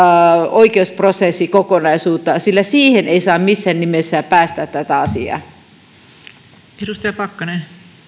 oikeusprosessikokonaisuutta sillä siihen ei saa missään nimessä päästää tätä asiaa